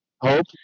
hope